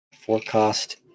Forecast